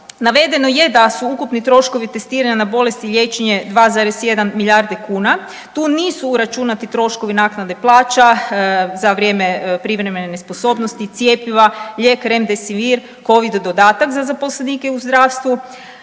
Navedeno je da su ukupni troškovi testiranja na bolesti liječenje 2,1 milijardi kuna. Tu nisu uračunati troškovi naknade plaća za vrijeme privremene nesposobnosti i cjepiva, lijek Remdesivir, covid dodatak za zaposlenike u zdravstvu.